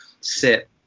sit